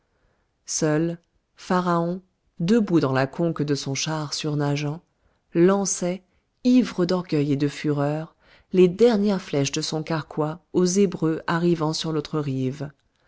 seul pharaon debout dans la conque de son char surnageant lançait ivre d'orgueil et de fureur les dernières flèches de son carquois aux hébreux arrivant sur l'autre rive